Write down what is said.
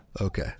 Okay